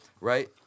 right